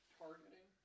targeting